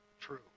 true